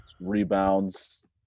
rebounds